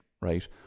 right